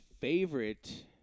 favorite